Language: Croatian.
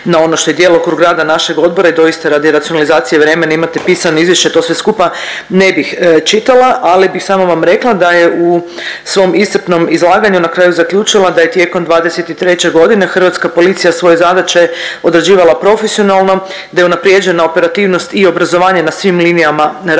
na ono što je djelokrug rada našeg odbora i doista radi racionalizacije vremena imate pisano izvješće i to sve skupa ne bih čitala, ali bih samo vam rekla da je u svom iscrpnom izlaganju na kraju zaključila da je tijekom '23. godine hrvatska policija svoje zadaće odrađivala profesionalno, da je unaprjeđena operativnost i obrazovanje na svim linijama rada